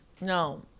no